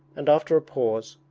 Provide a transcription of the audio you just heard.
and after a pause,